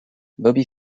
bobby